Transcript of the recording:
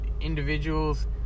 individuals